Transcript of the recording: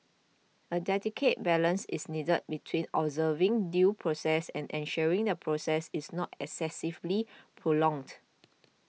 a delicate balance is needed between observing due process and ensuring the process is not excessively prolonged